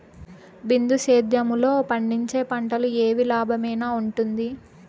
బిందు సేద్యము లో పండించే పంటలు ఏవి లాభమేనా వుంటుంది?